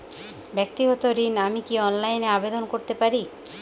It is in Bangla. ব্যাক্তিগত ঋণ আমি কি অনলাইন এ আবেদন করতে পারি?